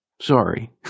Sorry